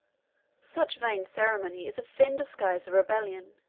such vain ceremony is a thin disguise of rebellion,